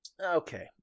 Okay